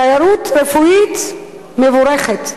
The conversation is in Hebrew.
התיירות הרפואית מבורכת,